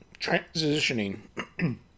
transitioning